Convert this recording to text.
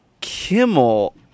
Kimmel